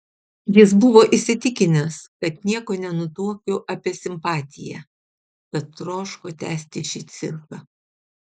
jis buvo įsitikinęs kad nieko nenutuokiu apie simpatiją tad troško tęsti šį cirką